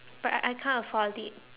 but I I I can't afford it